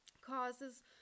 causes